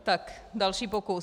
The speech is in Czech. Tak další pokus.